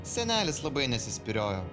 senelis labai nesispyriojo